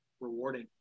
Rewarding